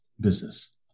business